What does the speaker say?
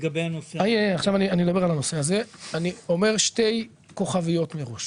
אני אומר שתי כוכביות מראש.